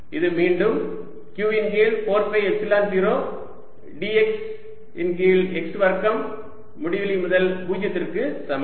இது மீண்டும் q இன் கீழ் 4 பை எப்சிலன் 0 dx இன் கீழ் x வர்க்கம் முடிவிலி முதல் 0 க்கு சமம்